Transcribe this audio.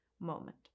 moment